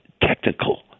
technical